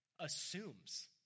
assumes